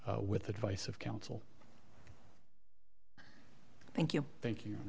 with advice of counsel thank you thank you